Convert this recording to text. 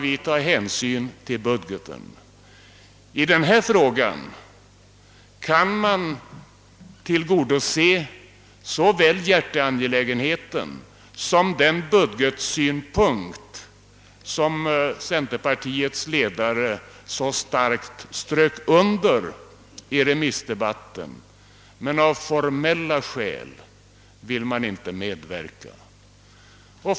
I denna fråga kan man ta hänsyn till såväl hjärteangelägenheter som till den budgetsynpunkt som centerpartiets ledare så starkt underströk i remissdebatten, men av formella skäl vill man inte medverka.